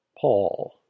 Paul